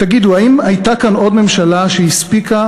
תגידו, האם הייתה כאן עוד ממשלה שהספיקה,